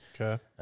Okay